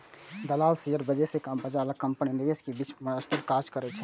दलाल शेयर बेचय बला कंपनी आ निवेशक के बीच मध्यस्थक काज करै छै